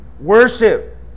Worship